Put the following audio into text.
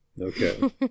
Okay